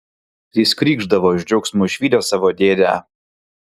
jis krykšdavo iš džiaugsmo išvydęs savo dėdę